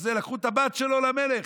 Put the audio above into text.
לקחו את הבת שלו למלך.